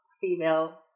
female